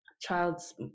child's